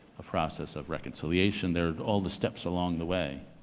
a process of reconciliation, they're all the steps along the way.